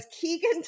Keegan